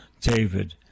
David